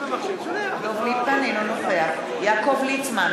אינו נוכח יעקב ליצמן,